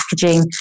packaging